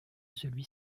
celui